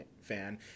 fan